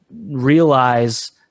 realize